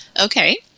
okay